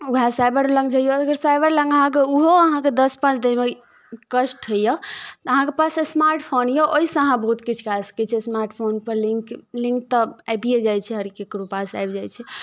वएह साइबर लग जइयो अगर साइबर लग अहाँके ओहो अहाँके दस पाँच दैमे कष्ट होइया तऽ अहाँके पास स्मार्टफोन ये ओहिसँ अहाँ बहुत किछु कए सकै छी स्मार्ट फोन पर लिंक तऽ आबिया जाइया हर केकरो पास आबि जाइ छै